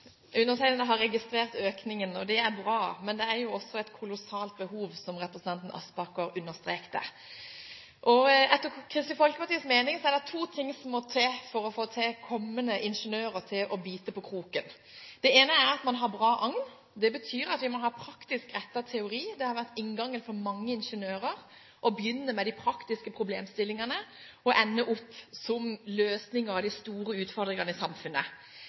det er bra. Men det er jo et kolossalt behov, som representanten Aspaker understrekte. Etter Kristelig Folkepartis mening er det to ting som må til for å få kommende ingeniører til å bite på kroken. Den ene er at man har bra agn. Det betyr at vi må ha praktisk rettet teori. Det har vært inngangen for mange ingeniører å begynne med de praktiske problemstillingene og så ende opp med å løse de store utfordringene i samfunnet.